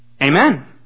Amen